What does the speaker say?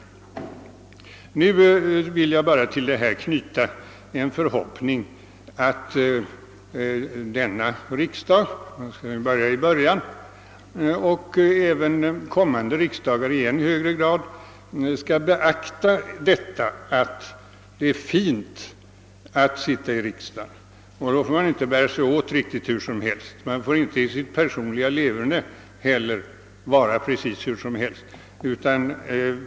Till detta vill jag bara knyta förhoppningen att denna riksdag till en början och även kommande riksdagar i än högre grad skall beakta att det är fint att vara riksdagsman. Här i riksdagen får man inte bära sig åt hur som helst, och man får inte heller i sitt personliga leverne göra detta.